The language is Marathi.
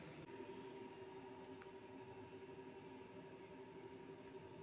कापणी होईपर्यंत सुरवंटाचा उद्रेक दिसून येतो